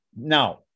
Now